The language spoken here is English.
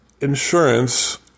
insurance